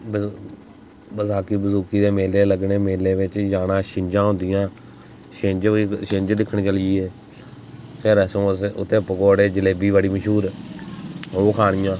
बस बसाखी बसूखी दे मेले लग्गने मेलें बिच्च जाना छिंजां होंदियां छिंज होई छिंज दिक्खन चली गे फिर अस उत्थै पकौड़े जलेबी बड़ी मश्हूर ओह् खानियां